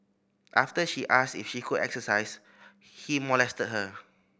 after she asked if she could exercise he molested her